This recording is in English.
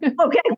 Okay